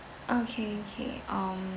okay okay um~